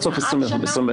שנה.